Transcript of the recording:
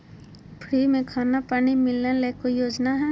Free में खाना पानी मिलना ले कोइ योजना हय?